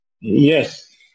yes